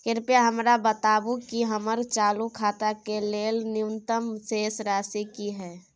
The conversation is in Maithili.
कृपया हमरा बताबू कि हमर चालू खाता के लेल न्यूनतम शेष राशि की हय